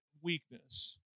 weakness